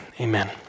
Amen